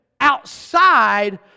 outside